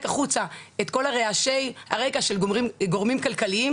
החוצה את כל רעשי הרגע של גורמים כלכליים,